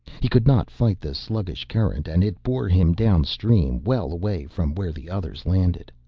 he could not fight the sluggish current and it bore him downstream, well away from where the others landed.